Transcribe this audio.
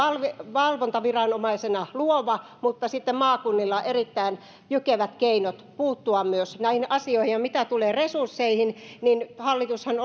valvontaviranomaisena luova mutta sitten maakunnilla on myös erittäin jykevät keinot puuttua näihin asioihin ja mitä tulee resursseihin niin hallitushan